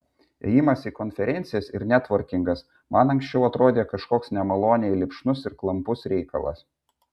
ėjimas į konferencijas ir netvorkingas man anksčiau atrodė kažkoks nemaloniai lipšnus ir klampus reikalas